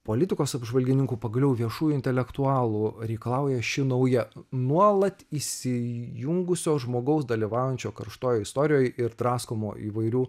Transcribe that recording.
politikos apžvalgininkų pagaliau viešųjų intelektualų reikalauja ši nauja nuolat įsijungusio žmogaus dalyvaujančio karštoj istorijoj ir draskomo įvairių